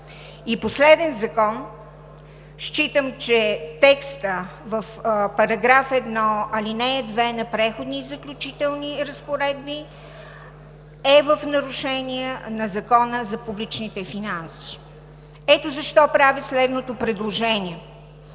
И последен закон – считам, че текстът на § 1, ал. 2 на „Преходни и заключителни разпоредби“ е в нарушения на Закона за публичните финанси. Ето защо правя следното предложение: